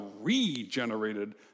regenerated